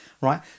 right